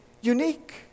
unique